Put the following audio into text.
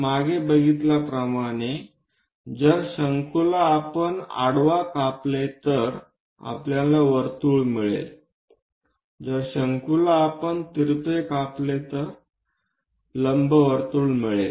मागे बघितल्याप्रमाणे जर शंकूला आपण आडवा कापले तर आपल्याला वर्तुळ मिळेल जर शंकूला आपण तिरपे कापले तर आपल्याला लंबवर्तुळ मिळेल